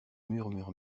murmure